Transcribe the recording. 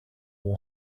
will